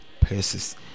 purses